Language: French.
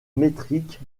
métriques